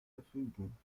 verfügung